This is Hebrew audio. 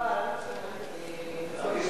אבל עם כל הכבוד לנוהל,